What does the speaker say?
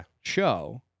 show